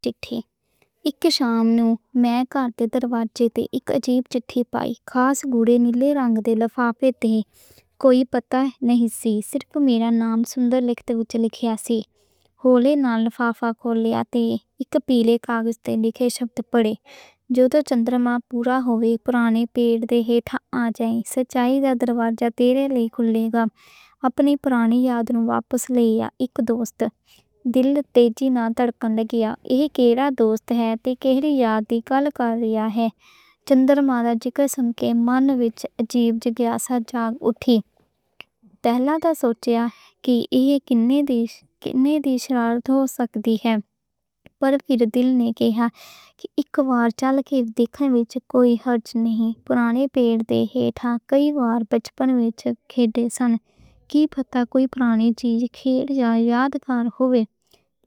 چٹھی اک شام نوں میں کار تے دروازے تے اک عجیب چٹھی پائی، خاص گہرے نیلے رنگ دے لفافے تے کوئی پتا نہیں سی۔ صرف میرا ناں لکھیا سی۔ ہولے نال لفافہ کھول لیا تے اک پیلے کاغذ تے لکھے شبد پڑھے۔ جو تو چن منڈلا پورا ہو جائے، پرانے پیڑ دے تھلے آ جائیں۔ سچائی دا دروازہ تیرے لئی کھل لے گا، اپنی پرانی یاداں واپس لے آ—اک دوست۔ دل تیزی نال تڑکن گیا، ایہ کیڑا دوست ہے تے کیڑیاں یاداں لیا ہے؟ چن منڈلا جیکل سن کے من وچ عجیب جاگیا سا جاگا اٹھی۔ پہلا تاں سوچیا کہ ایہ کنّے دی شرارت ہو سکدی ہے۔ پر پھر دل نے کہا کہ اک وار چل کے دیکھن وچ کوئی حرج نہیں، پرانے پیڑ دے۔ ہتھاں کئی وار بچپن وچ کھیل دے سن، کی پتا کوئی پرانی چیز کھیل یا یادگار ہووے۔